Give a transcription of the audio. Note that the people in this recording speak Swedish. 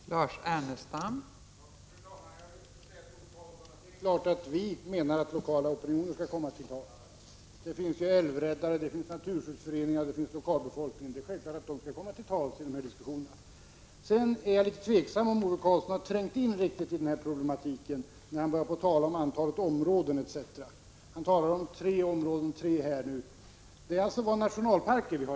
Fru talman! Jag vill säga till Ove Karlsson att det är klart att vi menar att lokala opinioner skall komma till tals. Det finns älvräddare, det finns naturskyddsföreningar och det finns lokalbefolkning — det är självklart att de skall komma till tals i de här diskussionerna. Sedan är jag litet tveksam när det gäller om Ove Karlsson har trängt in riktigt i den här problematiken, när han börjar tala om antalet områden etc. Han talar här om tre områden, men det gäller ju våra nationalparker.